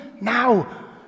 now